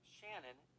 Shannon